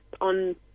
on